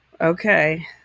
okay